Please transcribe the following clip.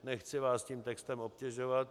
Nechci vás tím textem obtěžovat.